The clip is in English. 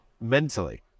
mentally